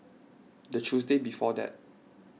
the Tuesday before that